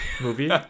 movie